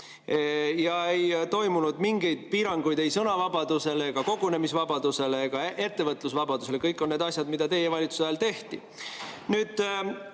Ja ei toimunud mingeid piiranguid ei sõnavabadusele ega kogunemisvabadusele ega ettevõtlusvabadusele. Kõik need on asjad, mida teie valitsuse ajal tehti. Eks